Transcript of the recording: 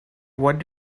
what